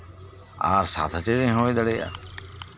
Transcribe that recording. ᱟᱨ ᱥᱟᱛ ᱦᱟᱹᱴᱤᱧ ᱦᱚᱸ ᱦᱩᱭ ᱫᱟᱲᱮᱭᱟᱜᱼᱟ